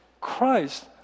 Christ